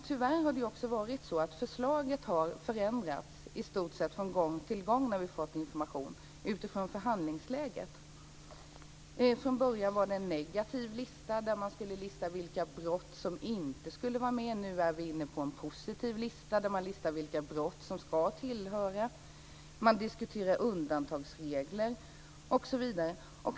Tyvärr har förslaget förändrats i stort sett från gång till gång när vi fått information; detta utifrån förhandlingsläget. Från början var det en negativ lista. Man skulle lista vilka brott som inte skulle vara med. Nu är vi inne på en positiv lista. Där listas vilka brott som ska tillhöra. Man diskuterar undantagsregler osv.